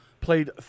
played